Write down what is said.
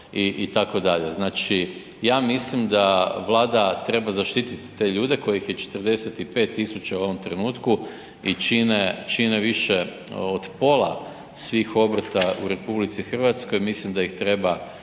itd. Znači, ja mislim da Vlada treba zaštititi te ljude kojih je 45 000 u ovom trenutku i čine, čine više od pola svih obrta u RH, mislim da ih treba